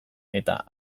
eta